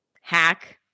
hack